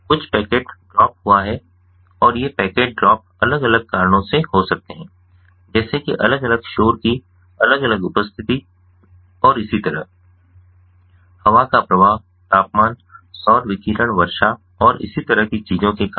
कुछ packet drop हुआ है और ये पैकेट ड्रॉप अलग अलग कारणों से हो सकते हैं जैसे कि अलग अलग शोर की अलग अलग उपस्थिति और इसी तरह हवा का प्रवाह तापमान सौर विकिरण वर्षा और इसी तरह की चीजों के कारण